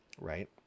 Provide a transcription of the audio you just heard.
Right